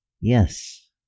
yes